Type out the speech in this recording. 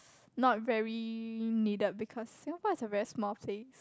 not very needed because Singapore is a very small place